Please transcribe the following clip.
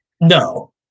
No